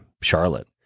charlotte